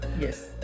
yes